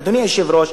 אדוני היושב-ראש,